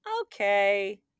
okay